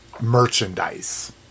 merchandise